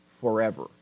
forever